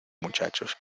muchachos